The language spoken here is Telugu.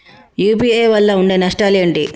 యూ.పీ.ఐ వల్ల ఉండే నష్టాలు ఏంటి??